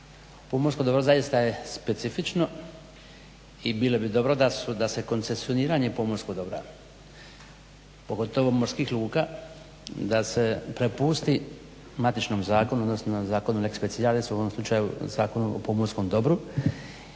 Pomorsko dobro zaista je specifično i bilo bi dobro da se koncesioniranje pomorskog dobra pogotovo morskih luka da se prepusti matičnom zakonu, odnosno zakonu lex specialis u ovom slučaju Zakonu o pomorskom dobru